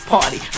Party